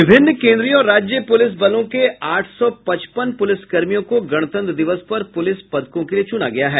विभिन्न केन्द्रीय और राज्य पुलिस बलों के आठ सौ पचपन पुलिसकर्मियों को गणतंत्र दिवस पर पुलिस पदकों के लिए चुना गया है